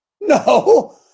No